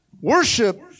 Worship